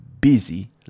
busy